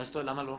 למה לא?